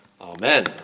amen